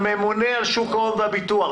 הממונה על שוק ההון והביטוח.